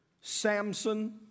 Samson